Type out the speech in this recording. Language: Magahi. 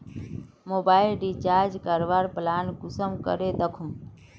मोबाईल रिचार्ज करवार प्लान कुंसम करे दखुम?